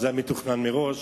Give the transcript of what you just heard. זה היה מתוכנן מראש,